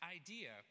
idea